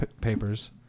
papers